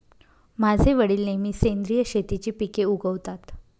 माझे वडील नेहमी सेंद्रिय शेतीची पिके उगवतात